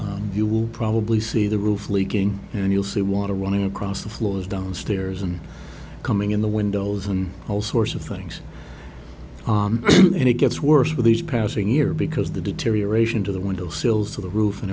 predicting you will probably see the roof leaking and you'll see water running across the floors downstairs and coming in the windows and all sorts of things on it and it gets worse with each passing year because the deterioration to the window sills of the roof and